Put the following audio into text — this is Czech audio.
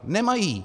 Nemají.